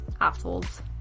assholes